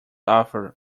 author